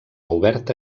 oberta